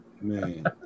Man